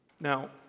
Now